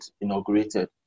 inaugurated